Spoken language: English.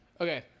Okay